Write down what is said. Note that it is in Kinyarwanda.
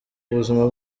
buzima